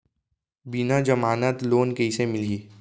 बिना जमानत लोन कइसे मिलही?